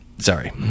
sorry